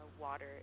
water